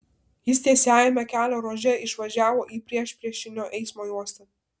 jis tiesiajame kelio ruože išvažiavo į priešpriešinio eismo juostą